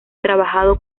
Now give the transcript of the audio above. trabajado